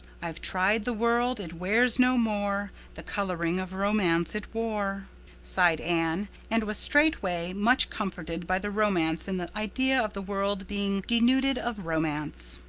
i've tried the world it wears no more the coloring of romance it wore sighed anne and was straightway much comforted by the romance in the idea of the world being denuded of romance!